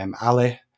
Ali